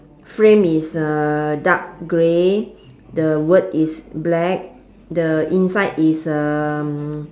frame is uh dark grey the word is black the inside is um